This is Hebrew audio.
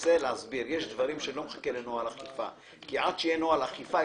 יש דברים שבהם אני לא מחכה לנוהל אכיפה כי עד שיהיה נוהל אכיפה,